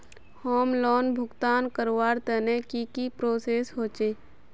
Home loan भुगतान करवार तने की की प्रोसेस होचे?